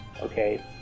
Okay